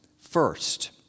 First